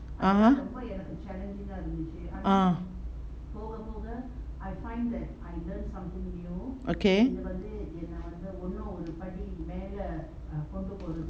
(uh huh) uh okay